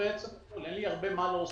אין לי הרבה מה להוסיף.